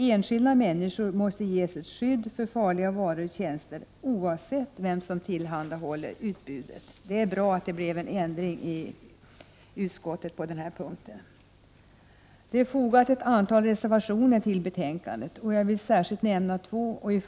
Enskilda människor måste ges ett skydd när det gäller farliga varor och tjänster oavsett vem som tillhandahåller utbudet. Det är bra att utskottet ändrade sig på denna punkt. Ett antal reservationer är fogade till betänkandet, och jag vill särskilt nämna två av dem.